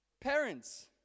Parents